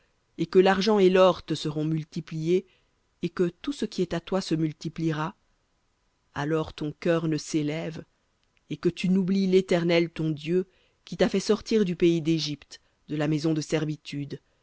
et que l'argent et l'or te seront multipliés et que tout ce qui est à toi se multipliera alors ton cœur ne s'élève et que tu n'oublies l'éternel ton dieu qui t'a fait sortir du pays d'égypte de la maison de servitude